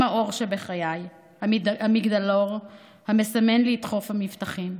הם האור שבחיי, המגדלור המסמן לי את חוף המבטחים.